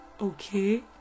Okay